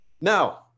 Now